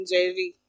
Jerry